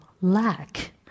lack